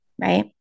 right